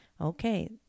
Okay